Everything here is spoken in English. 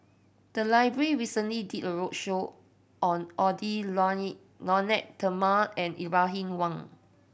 the library recently did a roadshow on Edwy Lyonet Talma and Ibrahim Awang